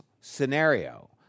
scenario